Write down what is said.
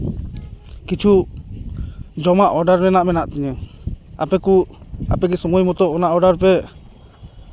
ᱠᱤᱪᱷᱩ ᱡᱚᱢᱟᱜ ᱚᱰᱟᱨ ᱨᱮᱱᱟᱜ ᱢᱮᱱᱟᱜ ᱛᱤᱧᱟᱹ ᱟᱯᱮ ᱠᱚ ᱟᱯᱮ ᱠᱤ ᱥᱚᱢᱚᱭ ᱢᱚᱛᱚ ᱚᱱᱟ ᱚᱰᱟᱨ ᱯᱮ